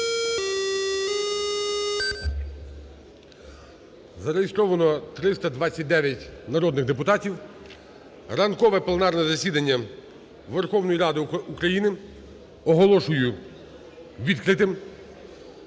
Зареєстровано 329 народних депутатів. Ранкове пленарне засідання Верховної Ради України оголошую відкритим.